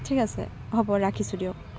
ঠিক আছে হ'ব ৰাখিছো দিয়ক